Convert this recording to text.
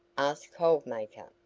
asked cold maker.